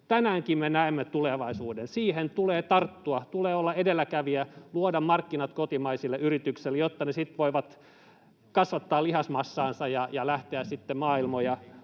Tänäänkin me näemme tulevaisuuden. Siihen tulee tarttua, tulee olla edelläkävijä, luoda markkinat kotimaisille yrityksille, jotta ne sitten voivat kasvattaa lihasmassaansa ja lähteä sitten maailmoja